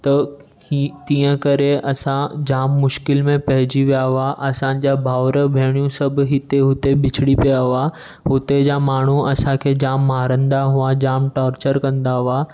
की तीअं करे असां जाम मुशकिल में पइजी विया हुआ असांजा भाउर भेणियूं सभु हिते हुते बिछड़ी पिया हुआ हुते जा माण्हू असांखे जाम मारंदा हुआ जाम टॉर्चर कंदा हुआ